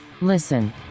Listen